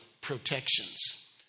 protections